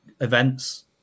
events